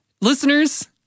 listeners